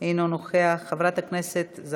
חבר הכנסת מאיר כהן,